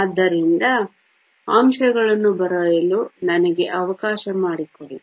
ಆದ್ದರಿಂದ ಅಂಶಗಳನ್ನು ಬರೆಯಲು ನನಗೆ ಅವಕಾಶ ಮಾಡಿಕೊಡಿ